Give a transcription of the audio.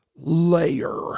Layer